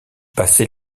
passés